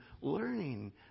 learning